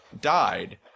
died